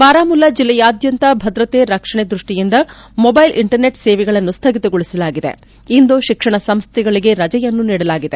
ಬಾರಾಮುಲ್ಲಾ ಜಿಲ್ಲೆಯಾದ್ಯಂತ ಭದ್ರತೆ ರಕ್ಷಣೆ ದೃಷ್ಟಿಯಿಂದ ಮೊಬೈಲ್ ಇಂಟರ್ನೆಟ್ ಸೇವೆಗಳನ್ನು ಸ್ಥಗಿತಗೊಳಿಸಲಾಗಿದೆ ಇಂದು ಶಿಕ್ಷಣ ಸಂಸ್ಥೆಗಳಿಗೆ ರಜೆ ನೀಡಲಾಗಿದೆ